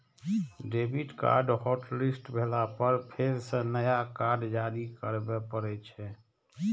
debit card hotlist भेला पर फेर सं नया कार्ड जारी करबे पड़ै छै